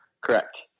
Correct